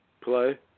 play